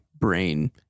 brain